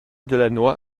delannoy